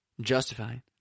justifying